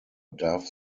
darf